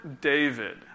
David